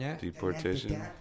Deportation